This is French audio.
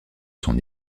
son